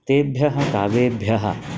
तेभ्यः कविभ्यः